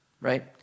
right